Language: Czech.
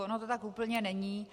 Ono to tak úplně není.